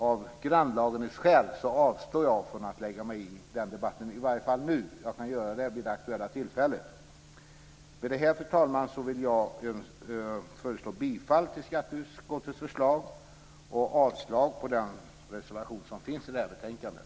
Av grannlagenhetsskäl avstår jag från att lägga mig i den debatten i varje fall nu, men jag kan göra det vid det aktuella tillfället. Fru talman! Med detta yrkar jag bifall till skatteutskottets förslag och avslag på reservationen i betänkandet.